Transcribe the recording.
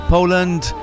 Poland